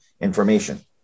information